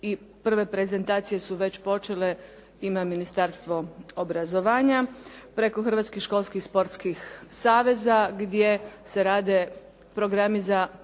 prve prezentacije su već počele ima Ministarstvo obrazovanja preko hrvatskih školskih sportskih saveza gdje se rade programi za